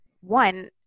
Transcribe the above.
one